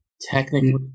technically